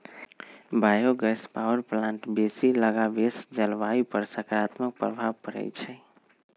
bio gas power plant बेशी लगाबेसे जलवायु पर सकारात्मक प्रभाव पड़इ छै